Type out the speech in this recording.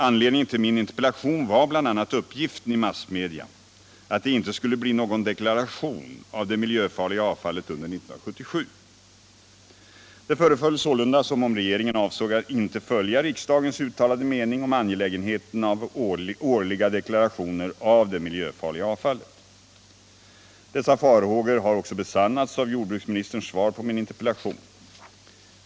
Anledningen till min interpellation var bl.a. uppgiften i massmedia att det inte skulle bli någon deklaration av det miljöfarliga avfallet under 1977. Det föreföll sålunda som om regeringen avsåg att inte följa riksdagens Nr 7 uttalade mening om angelägenheten av årliga deklarationer av det miljöfarliga avfallet. Dessa farhågor har också besannats i jordbruksministerns svar på min — interpellation.